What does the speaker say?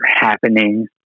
happening